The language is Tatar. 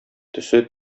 төсе